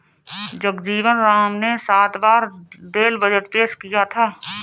जगजीवन राम ने सात बार रेल बजट पेश किया था